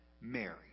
Mary